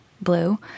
Blue